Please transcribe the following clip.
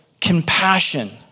compassion